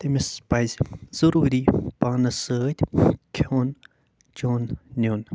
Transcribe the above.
تٔمِس پَزِ ضٔروٗری پانَس سۭتۍ کھیوٚن چیوٚن نیُن